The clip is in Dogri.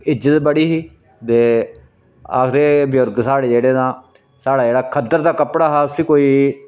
इज्जत बड़ी ही ते आखदे हे बजुर्ग साढ़े जेह्ड़े न साढ़ा जेह्ड़ा खद्धड दा कपड़ा हा उसी कोई